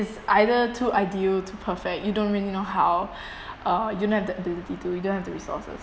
either too ideal too perfect you don't really know how uh you don't have the the ability to you don't have the resources